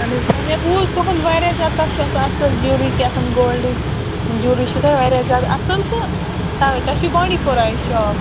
اَہَن حظ نہَ مےٚ بوٗز تُہُنٛد واریاہ زیادٕ تۄہہِ چھُ آسان اَصٕل جیٛولری کیٛاہتام گولڈ جیٛولری چھَو تۄہہِ واریاہ زیادٕ اَصٕل تہٕ تَوے تۄہہِ چھُو بانٛڈی پورا ہے شاپ